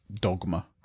dogma